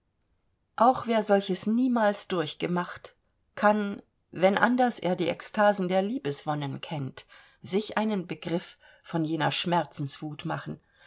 auch wer solches niemals durchgemacht kann wenn anders er die extasen der liebeswonnen kennt sich einen begriff von jener schmerzenswut machen